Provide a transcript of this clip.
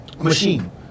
machine